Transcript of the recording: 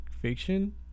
fiction